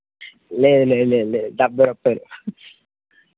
లేదు లేదు లేదు లేదు డెబ్బై రూపాయలు